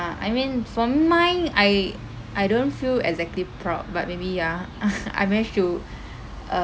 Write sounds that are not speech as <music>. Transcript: I mean for mine I I don't feel exactly proud but maybe ya <laughs> I managed to uh